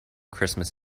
christmas